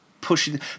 pushing